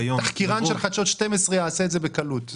תחקירן של חדשות 12 עשה את זה בקלות.